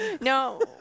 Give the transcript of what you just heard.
No